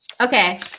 okay